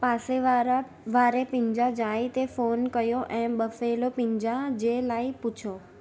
पासे वारा वारे पिंजा जाए ते फ़ोन कयो ऐं बफ़ेलो पिंजा जे लाए पुछो